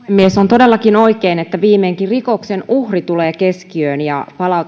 todellakin oikein että viimeinkin rikoksen uhri tulee keskiöön ja